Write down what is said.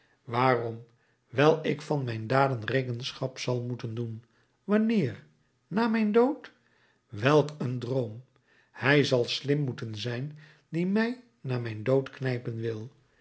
waarom wijl ik van mijn daden rekenschap zal moeten doen wanneer na mijn dood welk een droom hij zal slim moeten zijn die mij na mijn dood knijpen wil